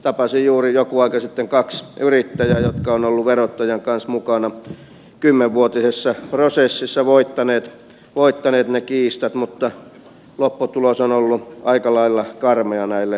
tapasin juuri joku aika sitten kaksi yrittäjää jotka ovat olleet verottajan kanssa mukana kymmenvuotisessa prosessissa ja voittaneet ne kiistat mutta lopputulos on ollut aika lailla karmea näille yrittäjille